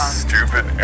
stupid